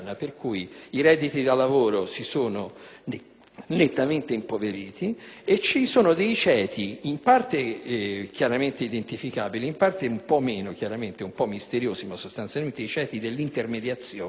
sono nettamente impoveriti e ci sono dei ceti, in parte chiaramente identificabili, in parte meno, un po' misteriosi, ma sostanzialmente i ceti dell'intermediazione, che sono riusciti a fare aggio sulla moneta